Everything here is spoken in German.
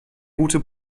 gute